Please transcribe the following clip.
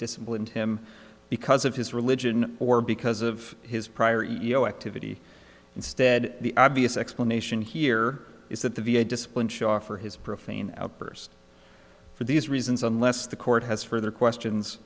disciplined him because of his religion or because of his prior ego activity instead the obvious explanation here is that the v a disciplined shaw for his profane outburst for these reasons unless the court has further questions